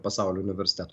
pasaulio universitetų